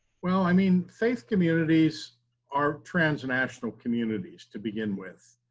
well i mean, faith communities are transnational communities to begin with.